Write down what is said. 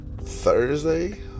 Thursday